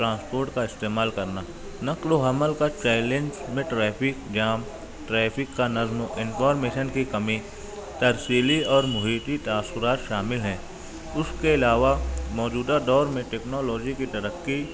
transport کا استعمال کرنا نقل و حمل کا چیلنج میں ٹریفک جام ٹریفک کا نظم انفارمیشن کی کمی ترسیلی اور محیطی تاثرات شامل ہیں اس کے علاوہ موجودہ دور میں ٹیکنالوجی کی ترقی